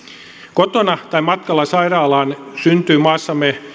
kotona tai matkalla sairaalaan syntyy maassamme